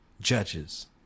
judges